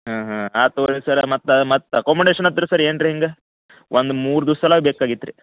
ಹಾಂ ಹಾಂ ಆಯ್ತ್ ತೊಗೊಳಿ ಸರ್ರ ಮತ್ತೆ ಮತ್ತೆ ಅಕೊಮೊಡೇಷನ್ ಅಂತ ರೀ ಸರ್ ಏನು ರೀ ಹಿಂಗೆ ಒಂದು ಮೂರು ದಿವ್ಸ ಸಲ್ವಾಗ್ ಬೇಕಾಗಿತ್ತು ರೀ